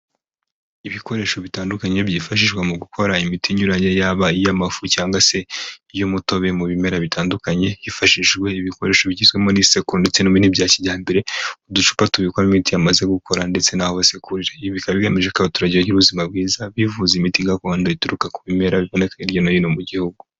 Ibikoresho bitandukanye byifashishwa mu gukora imiti inyuranye yaba iy'amafu cyangwa se iy'umutobe mu bimera bitandukanye, hifashishijwe ibikoresho bigizwemo n'isuku ndetse n'umuhini bya kijyambere uducupa tubikwamo imiti yamaze gukora ndetse n'aho basekurira. Ibi bikaba bigamije ko abaturage bagira ubuzima bwiza bivuza imiti gakondo ituruka ku bimera biboneka hirya no hino mu gihugu.